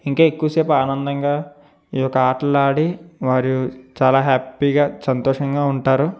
ఇంకా ఎక్కువ సేపు ఆనందంగా ఈ యొక ఆటలాడి వారు చాలా హ్యాపీ గా సంతోషంగా ఉంటారు